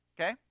Okay